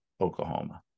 Oklahoma